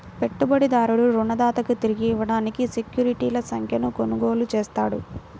పెట్టుబడిదారుడు రుణదాతకు తిరిగి ఇవ్వడానికి సెక్యూరిటీల సంఖ్యను కొనుగోలు చేస్తాడు